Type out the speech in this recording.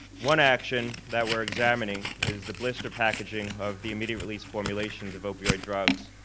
one action that we're examining is the blister packaging of the immediate release formulations of opioid drugs.